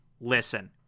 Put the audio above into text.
listen